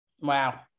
Wow